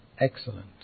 excellent